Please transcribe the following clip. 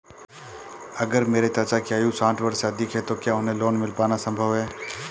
अगर मेरे चाचा की आयु साठ वर्ष से अधिक है तो क्या उन्हें लोन मिल पाना संभव है?